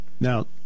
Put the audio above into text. Now